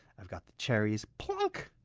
i've got the cherries. plunk.